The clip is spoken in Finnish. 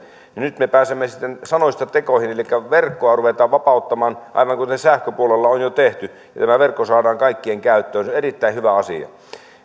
niin nyt me pääsemme sitten sanoista tekoihin elikkä verkkoa ruvetaan vapauttamaan aivan kuten sähköpuolelle on jo tehty ja tämä verkko saadaan kaikkien käyttöön se on erittäin hyvä asia